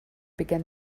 began